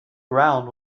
ground